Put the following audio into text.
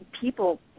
people